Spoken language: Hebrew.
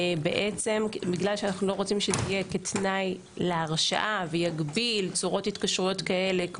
בגלל שאנחנו לא רוצים שזה יהיה כתנאי להרשאה ויגביל צורות התקשרות כאלה,